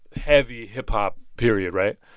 heavy hip-hop period, right?